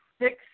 six